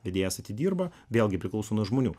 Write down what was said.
vedėjas atidirba vėlgi priklauso nuo žmonių